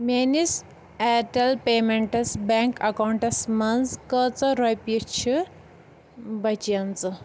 میٲنس Airtel payments bank accounts منٛز کۭژاہ رۄپیہِ چھِ بچیمژٕ